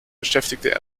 beschäftigte